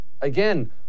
Again